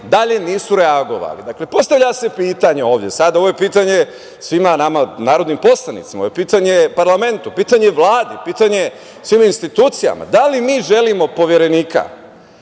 dalje nisu reagovali. Postavlja se pitanje ovde sada, ovo je pitanje svima nama narodnim poslanicima, ovo je pitanje parlamentu, pitanje Vladi, pitanje svim institucijama – da li mi želimo Poverenika